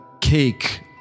cake